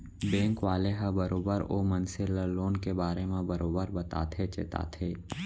bank वाले ह बरोबर ओ मनसे ल लोन के बारे म बरोबर बताथे चेताथे